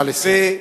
נא לסיים.